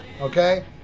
Okay